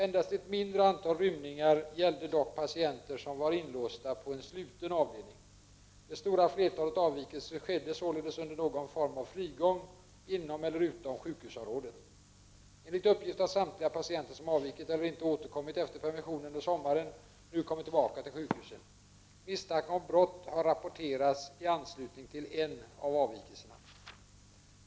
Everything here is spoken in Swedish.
Endast ett mindre antal rymningar gällde dock patienter som varit inlåsta på en sluten avdelning. Det stora flertalet avvikelser skedde således under någon form av frigång inom eller utom sjukhusområdet. Enligt uppgift har samtliga patienter som avvikit eller inte återkommit efter permission under sommaren nu kommit tillbaka till sjukhusen. Misstanke om brott har rapporterats i anslutning till en av avvikelserna.